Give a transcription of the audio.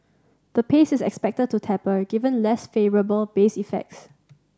the pace is expected to taper given less favourable base effects